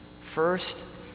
First